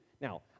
Now